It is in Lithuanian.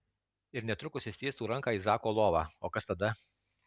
ir netrukus jis tiestų ranką į zako lovą o kas tada